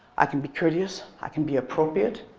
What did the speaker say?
i can be courteous. i can be appropriate.